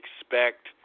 expect